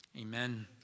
Amen